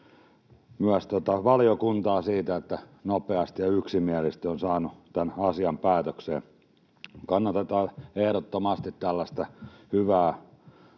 myös valiokunnalle siitä, että se on nopeasti ja yksimielisesti saanut tämän asian päätökseen. Kannatetaan ehdottomasti tällaista hyvää